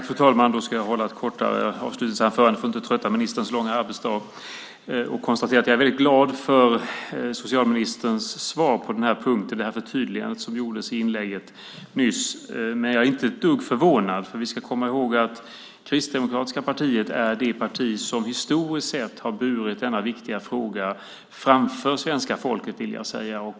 Fru talman! Jag ska hålla ett kortare avslutningsanförande för att inte trötta ministern under hans långa arbetsdag. Jag är väldigt glad över socialministerns svar på den här punkten och det förtydligande som nyss gjordes. Men jag är inte ett dugg förvånad eftersom vi ska komma ihåg att det kristdemokratiska partiet är det parti som historiskt sett har fört fram denna viktiga fråga för svenska folket.